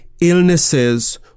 illnesses